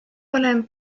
olen